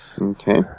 Okay